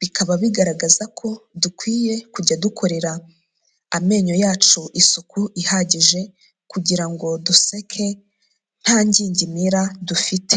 bikaba bigaragaza ko dukwiye kujya dukorera amenyo yacu isuku ihagije kugira ngo duseke nta ngingimira dufite.